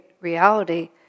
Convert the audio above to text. reality